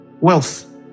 wealth